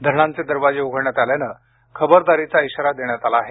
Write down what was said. धरणांचे दरवाजे उघडण्यात आल्यानं खबरदारीचा इशारा देण्यात आला आहे